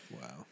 Wow